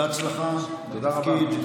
בהצלחה בתפקיד.